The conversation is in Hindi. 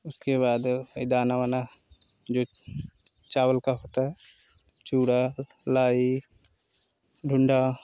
उसके बाद दाना वाना जो चावल का होता है चूरा लाई डुंडा